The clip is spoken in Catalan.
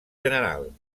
general